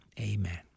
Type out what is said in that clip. Amen